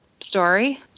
story